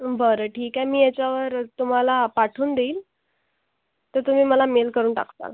बरं ठीक आहे मी याच्यावर तुम्हाला पाठवून देईल तर तुम्ही मला मेल करून टाकाल